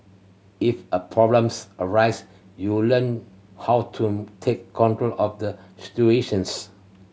if a problems arise you learn how to take control of the situations